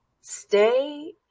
stay